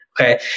Okay